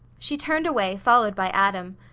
she turned away, followed by adam.